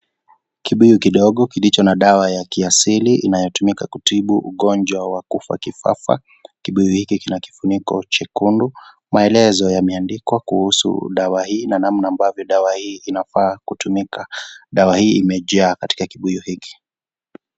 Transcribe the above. Kibuyu kidogo kilicho na dawa ya kiasili inayotumika kutibu ugonjwa wa kifafa, kibuyu hiki kina kifuniko chekundu. Maelezo yameandikwa kuhusu dawa hii na namna ambavyo dawa hii inafaa kutumika. Dawa hii imejaa katika kibuyu hiki.